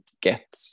get